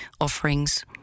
offerings